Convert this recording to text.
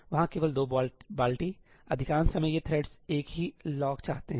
वहाँ केवल 2 बाल्टी अधिकांश समय ये थ्रेड्स एक ही लॉक चाहते हैं